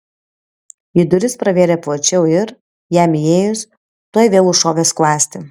ji duris pravėrė plačiau ir jam įėjus tuoj vėl užšovė skląstį